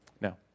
Now